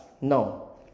No